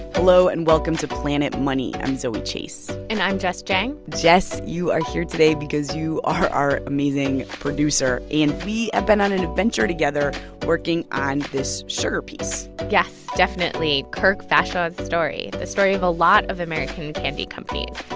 hello. and welcome to planet money. i'm zoe chace and i'm jess jiang jess, you are here today because you are our amazing producer. and we have ah been on an adventure together working on this sugar piece yes, definitely. kirk vashaw's story the story of a lot of american candy companies.